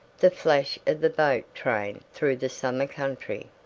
the flash of the boat train through the summer country.